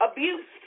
Abuse